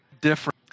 different